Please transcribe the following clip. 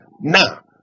Now